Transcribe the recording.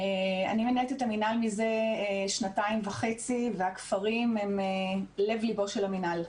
אני מנהלת את המינהל מזה שנתיים וחצי והכפרים הם לב ליבו של המינהל.